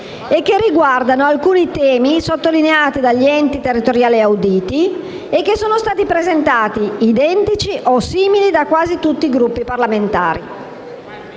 riferimento ad alcuni temi sottolineati dagli enti territoriali auditi; emendamenti che sono stati presentati identici o simili da quasi tutti i Gruppi parlamentari.